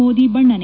ಮೋದಿ ಬಣ್ಣನೆ